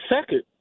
second